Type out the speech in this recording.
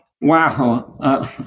Wow